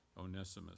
Onesimus